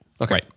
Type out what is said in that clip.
Okay